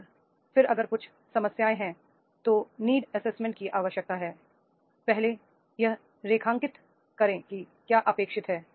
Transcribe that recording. और फिर अगर कुछ समस्याएं हैं तो नीड एसेसमेंट की आवश्यकता है पहले यह रेखांकित करें कि क्या अपेक्षित है